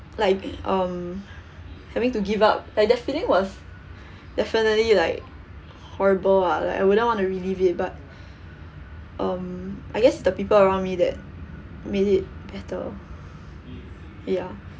like um having to give up like that feeling was definitely like horrible ah like I wouldn't wanna relive it but um I guess the people around me that made it better ya